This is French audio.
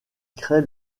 crée